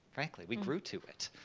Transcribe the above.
frankly, we grew to it,